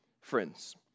friends